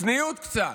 צניעות קצת.